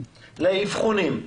לאבחונים.